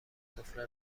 سفره